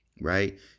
Right